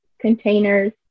containers